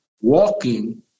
walking